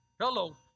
Hello